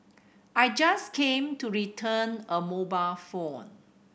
I just came to return a mobile phone